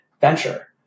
venture